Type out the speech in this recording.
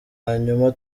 hanyuma